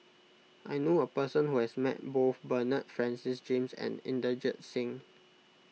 I know a person who has met both Bernard Francis James and Inderjit Singh